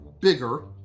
bigger